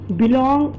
belong